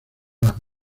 las